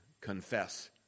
confess